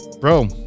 bro